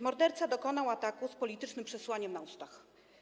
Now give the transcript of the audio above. Morderca dokonał ataku z politycznym przesłaniem na ustach.